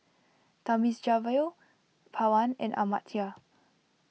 Thamizhavel Pawan and Amartya